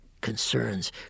concerns